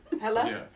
Hello